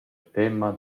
temma